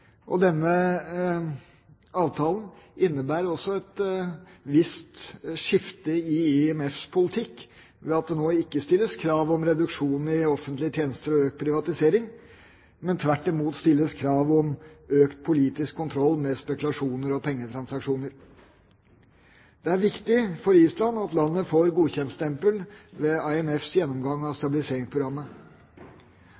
Denne avtalen innebærer også et visst skifte i IMFs politikk ved at det nå ikke stilles krav om reduksjon i offentlige tjenester og økt privatisering, men tvert imot stilles krav om økt politisk kontroll med spekulasjoner og pengetransaksjoner. Det er viktig for Island at landet får godkjentstempel ved IMFs gjennomgang av